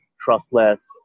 trustless